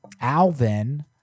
Alvin